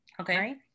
okay